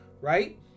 right